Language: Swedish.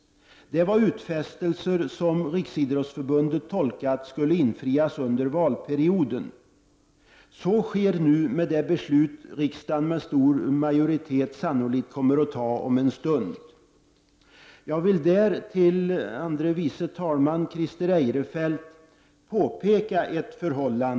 Det var utfästelser som Riksidrottsförbundet har tolkat skulle infrias under valperioden. Så sker nu med det beslut som riksdagen med stor majoritet sannolikt kommer att fatta om en stund. Jag vill påpeka ett förhållande för andre vice talman Christer Eirefelt.